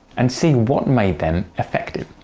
and see what made them effective.